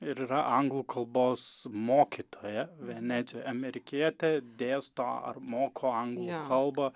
ir yra anglų kalbos mokytoja venecijoj amerikietė dėsto ar moko anglų kalbą